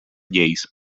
lleis